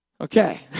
Okay